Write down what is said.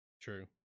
True